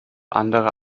andere